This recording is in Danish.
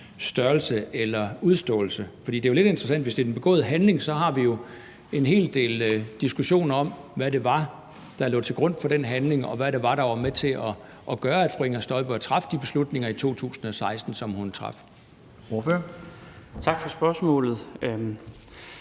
størrelse eller udståelse? For det er jo lidt interessant, at hvis det er den begåede handling, har vi en hel del diskussioner om, hvad det var, der lå til grund for den handling, og hvad det var, der var med til at gøre, at fru Inger Støjberg traf de beslutninger i 2016, som hun traf? Kl.